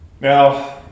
Now